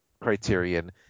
Criterion